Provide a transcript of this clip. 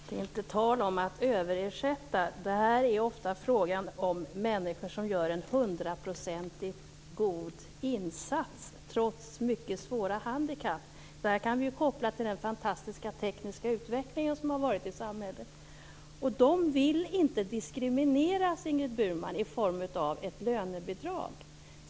Herr talman! Det är inte tal om att överersätta. Här är det ofta fråga om människor som gör en hundraprocentigt god insats, trots mycket svåra handikapp. Det kan kopplas till den fantastiska tekniska utvecklingen som har skett i samhället. De vill inte diskrimineras, Ingrid Burman, i form av ett lönebidrag.